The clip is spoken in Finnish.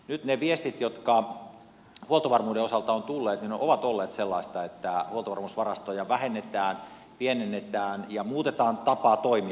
nyt ne viestit jotka huoltovarmuuden osalta ovat tulleet ovat olleet sellaisia että huoltovarmuusvarastoja vähennetään ja pienennetään ja muutetaan tapaa toimia